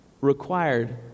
required